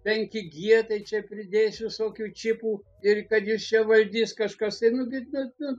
penki gie tai čia pridėsi visokių čipų ir kad jus čia valdys kažkas tai nugi nu nu